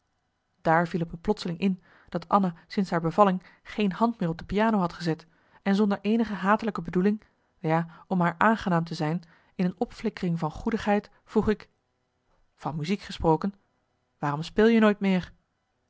viel t me plotseling in dat anna sinds haar bevalling geen hand meer op de piano had gezet en zonder eenige hatelijke bedoeling ja om haar aangenaam te zijn in een opflikkering van goedigheid vroeg ik van muziek gesproken waarom speel je nooit meer